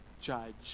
judge